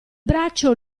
braccio